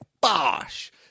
Bosh